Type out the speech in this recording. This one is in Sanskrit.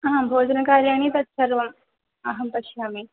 हा भोजनकार्याणि तत्सर्वम् अहं पश्यामि